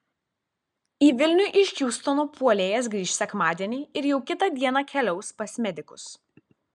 į vilnių iš hjustono puolėjas grįš sekmadienį ir jau kitą dieną keliaus pas medikus